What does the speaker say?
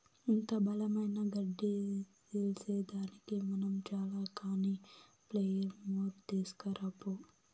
ఇంత బలమైన గడ్డి సీల్సేదానికి మనం చాల కానీ ప్లెయిర్ మోర్ తీస్కరా పో